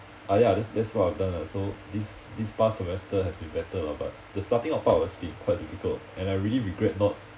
ah ya that's that's what I've done lah so this this past semester has been better lah but the starting part has been quite difficult and I really regret not